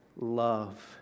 love